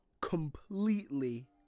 completely